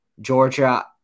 Georgia